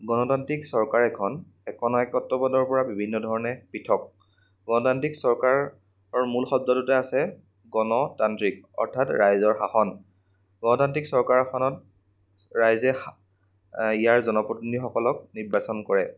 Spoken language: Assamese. গণতান্ত্ৰিক চৰকাৰ এখন একনায়কত্ববাদৰ পৰা বিভিন্ন ধৰণে পৃথক গণতান্ত্ৰিক চৰকাৰৰ মূল শব্দটোতে আছে গণ তান্ত্ৰিক অৰ্থাৎ ৰাইজৰ শাসন গণতান্ত্ৰিক চৰকাৰখনত ৰাইজে শা ইয়াৰ জনপ্ৰতিনিধিসকলক নিৰ্বাচন কৰে